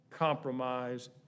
Compromise